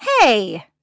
Hey